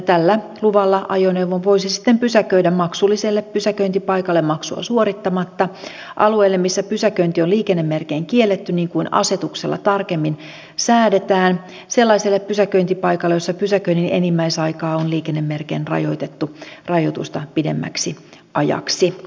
tällä luvalla ajoneuvon voisi sitten pysäköidä maksulliselle pysäköintipaikalle maksua suorittamatta alueelle missä pysäköinti on liikennemerkein kielletty niin kuin asetuksella tarkemmin säädetään ja sellaiselle pysäköintipaikalle jolla pysäköinnin enimmäisaikaa on liikennemerkein rajoitettu rajoitusta pidemmäksi ajaksi